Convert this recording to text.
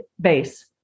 Base